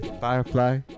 Firefly